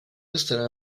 estará